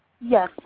Yes